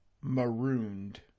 marooned